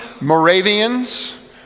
Moravians